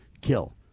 kill